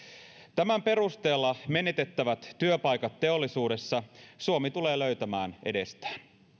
tämän perusteella menetettävät työpaikat teollisuudessa suomi tulee löytämään edestään